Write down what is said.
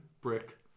brick